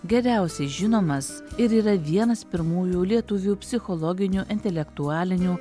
geriausiai žinomas ir yra vienas pirmųjų lietuvių psichologinių intelektualinių